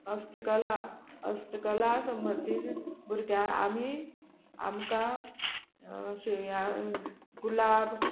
हस्तकला हसकला संबंदीन भुरग्या आमी आमकां गुलाब